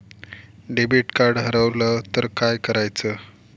Debit card हरवल तर काय करायच?